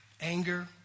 anger